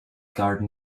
garden